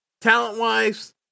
talent-wise